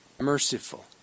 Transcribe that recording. merciful